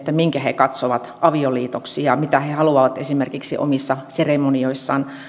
minkä he katsovat avioliitoksi ja mitä he haluavat esimerkiksi omissa seremonioissaan